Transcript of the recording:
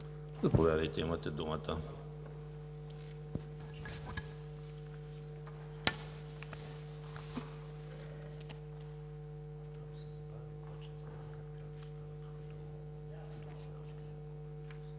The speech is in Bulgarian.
заповядайте, имате думата.